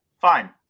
Fine